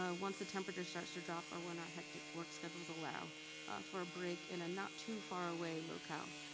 ah once the temperature starts to drop or when our hectic work schedules allow for a break in a not too far away locale.